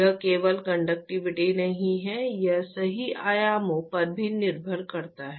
यह केवल कंडक्टिविटी नहीं है यह सही आयामों पर भी निर्भर करता है